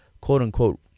quote-unquote